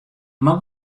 mar